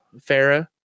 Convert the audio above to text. Farah